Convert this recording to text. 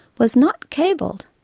was not cabled,